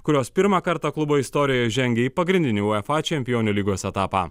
kurios pirmą kartą klubo istorijoje žengė į pagrindinį uefa čempionių lygos etapą